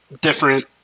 different